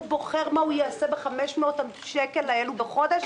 הוא בוחר מה הוא יעשה ב-500 השקלים האלה בחודש.